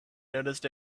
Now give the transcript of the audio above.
noticed